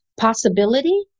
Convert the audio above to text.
possibility